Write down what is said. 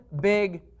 big